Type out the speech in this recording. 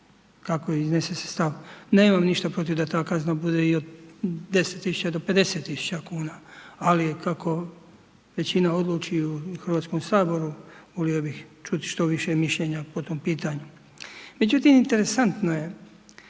kako se iznese stav. Nemam ništa protiv da ta kazna bude i od 10 tisuća do 50 tisuća kuna, ali kako većina odluči u Hrvatskom saboru, volio bih čuti što više mišljenja po tom pitanju. Međutim, interesantno je